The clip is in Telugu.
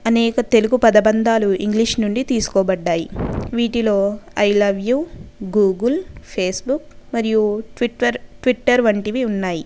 అనేక తెలుగు పదభందాలు ఇంగ్లీషు నుండి తీసుకోబడ్డాయి వీటిలో I love you Google Facebook మరియు ట్విటర్ ట్విట్టర్ వంటివి ఉన్నాయి